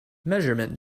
measurement